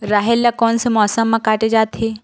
राहेर ल कोन से मौसम म काटे जाथे?